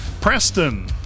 Preston